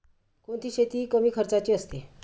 कोणती शेती कमी खर्चाची असते?